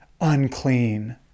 unclean